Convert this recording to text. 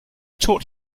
taught